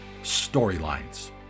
Storylines